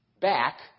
back